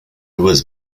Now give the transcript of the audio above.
was